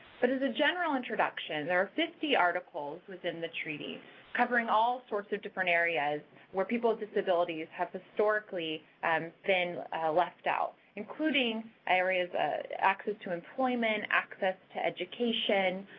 but as a general introduction, there are fifty articles within the treaty covering all sorts of different areas where people with disabilities have historically um been left out, including areas of ah access to employment, access to education,